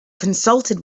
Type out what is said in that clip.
consulted